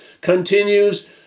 continues